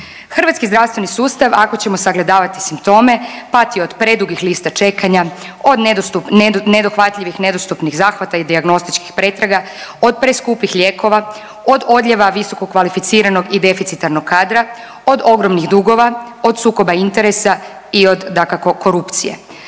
Hrvatski zdravstveni sustav ako ćemo sagledavati simptome pati od predugih lista čekanja, od nedostup…, nedo…,nedohvatljivih i nedostupnih zahvata i dijagnostičkih pretraga, od preskupih lijekova, od odljeva visokokvalificiranog i deficitarnog kadra, od ogromnih dugova, od sukoba interesa i od dakako korupcije,